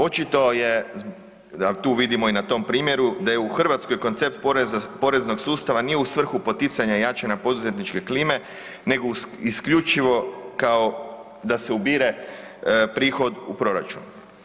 Očito je, ali tu vidimo i na tom primjeru da je u Hrvatskoj koncept poreznog sustava nije u svrhu poticanja jačanja poduzetničke klime nego isključivo kao da se ubire prihod u proračun.